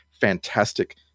fantastic